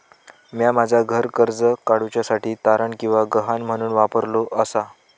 म्या माझा घर कर्ज काडुच्या साठी तारण किंवा गहाण म्हणून वापरलो आसा